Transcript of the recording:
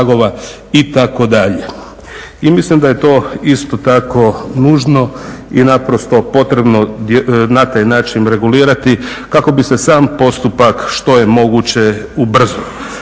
I mislim da je to isto tako nužno i naprosto potrebno na taj način regulirati kako bi se sam postupak što je moguće ubrzao.